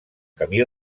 camí